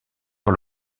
par